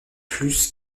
plus